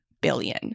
billion